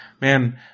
man